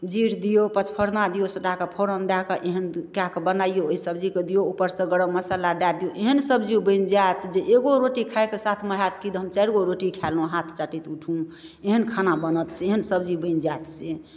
जीर दिऔ पचफोरना दिऔ सबटाके फोरन दऽ कऽ एहन कऽ कऽ बनैऔ ओहि सब्जीके दिऔ उपरसँ गरम मसाला दऽ दिऔ एहन सब्जी बनि जाएत जे एगो रोटी खाइके साथमे हैत कि हम चारिगो रोटी खा लू हाथ चाटैत उठू एहन खाना बनत से एहन सब्जी बनि जाएत से